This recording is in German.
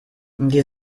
die